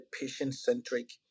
patient-centric